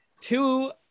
two